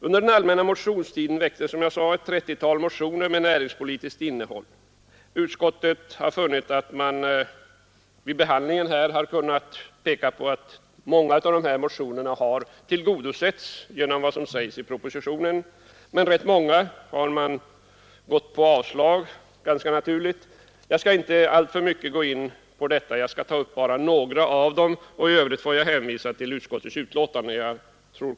Under den allmänna motionstiden väcktes, som jag sade, ett trettiotal motioner med näringspolitiskt innehåll. Utskottet har vid behandlingen av dessa kunnat peka på att yrkandena i många av motionerna tillgodosetts genom vad som sägs i propositionen. Men utskottet har också, ganska naturligt, avstyrkt rätt många av dessa motioner. Jag skall inte alltför mycket gå in på detta; jag skall bara ta upp några av dem, och i övrigt får jag hänvisa till utskottets betänkande.